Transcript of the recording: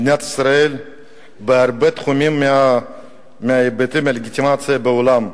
מדינת ישראל בהרבה תחומים מאבדת לגיטימציה בעולם.